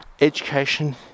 education